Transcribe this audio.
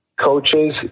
coaches